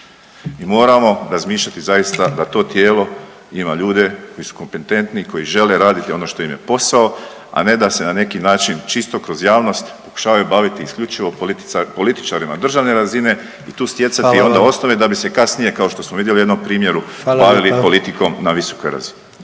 Mi moramo razmišljati zaista da to tijelo ima ljude koji su kompetentni, koji žele raditi ono što im je posao, a ne da se na neki način čisto kroz javnost pokušavaju baviti isključivo političarima državne razine i tu stjecati onda osnove…/Upadica predsjednik: Hvala vam/…da bi se kasnije kao što smo vidjeli na jednom primjeru…/Upadica predsjednik: Hvala